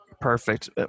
Perfect